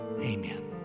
amen